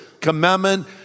Commandment